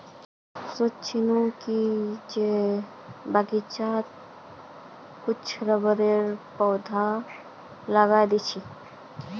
सोच छि जे बगीचात कुछू रबरेर पौधाओ लगइ दी